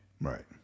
Right